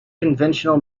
conventional